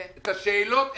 את השאלות הבנתי.